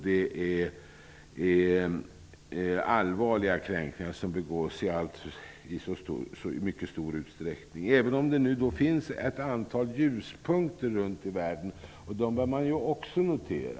Det begås allvarliga kränkningar i mycket stor utsträckning. Det finns ändå ett antal ljuspunkter, och de bör man också notera.